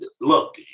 look